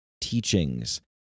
teachings